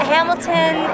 Hamilton